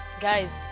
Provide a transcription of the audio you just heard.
guys